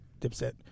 dipset